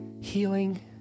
healing